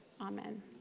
Amen